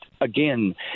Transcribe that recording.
again